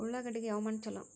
ಉಳ್ಳಾಗಡ್ಡಿಗೆ ಯಾವ ಮಣ್ಣು ಛಲೋ?